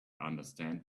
understand